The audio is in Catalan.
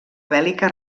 bèl·lica